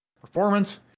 performance